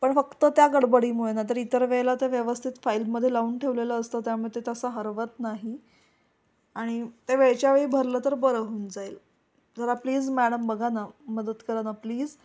पण फक्त त्या गडबडीमुळे नाहीतर इतर वेळेला त्या व्यवस्थित फाईलमध्ये लावून ठेवलेलं असतं त्यामुळे ते तसं हरवत नाही आणि त्या वेळच्या वेळी भरलं तर बरं होऊन जाईल जरा प्लीज मॅडम बघा ना मदत करा ना प्लीज